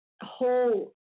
whole